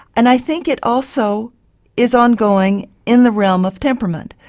and i think it also is ongoing in the realm of temperament,